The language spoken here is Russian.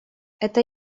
это